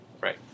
Right